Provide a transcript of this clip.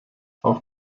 auch